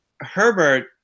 Herbert